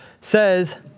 says